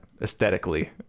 aesthetically